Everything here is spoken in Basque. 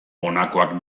honakoak